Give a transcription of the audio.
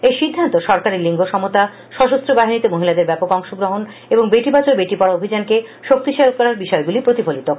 এই সিদ্ধান্ত সরকারের লিঙ্গ সমতা সশস্র বাহিনীতে মহিলাদের ব্যাপক অংশ গ্রহণ এবং বেটি বাঁচাও বেটি পড়াও অভিযানকে শক্তিশালী করার বিষয়টি প্রতিফলিত করে